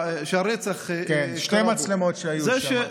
שהרצח קרה בו, כן, שתי מצלמות היו שם.